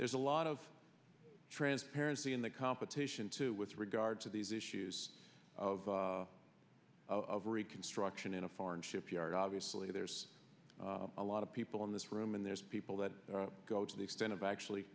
there's a lot of transparency in the competition too with regard to these issues of of reconstruction in a foreign shipyard obviously there's a lot of people in this room and there's people that go to the extent of actually